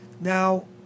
now